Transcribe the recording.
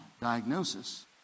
diagnosis